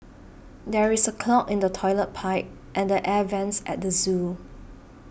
there is a clog in the Toilet Pipe and the Air Vents at the zoo